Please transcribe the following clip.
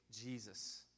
Jesus